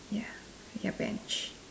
ya ya Bench